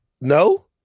No